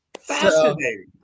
Fascinating